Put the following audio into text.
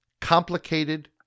complicated